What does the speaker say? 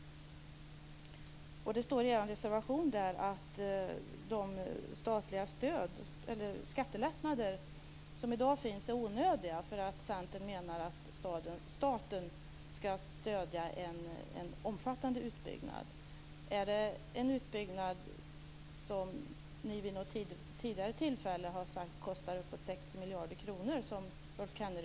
Det står i er reservation att de statliga skattelättnader som i dag finns är onödiga. Centern menar att staten ska stödja en omfattande utbyggnad. Syftar Rolf Kenneryd på den utbyggnad som ni vid ett tidigare tillfälle har sagt kostar omkring 60 miljarder kronor?